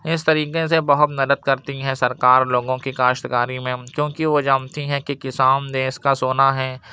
اس طریقے سے بہت مدد کرتی ہے سرکار لوگوں کی کاشت کاری میں کیونکہ وہ جانتی ہیں کہ کسان دیش کا سونا ہیں